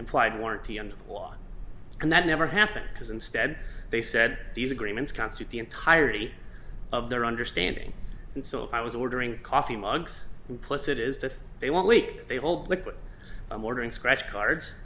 implied warranty on the law and that never happened because instead they said these agreements concert the entirety of their understanding and so i was ordering coffee mugs implicit is that they won't leak they hold liquid i'm ordering scratchcards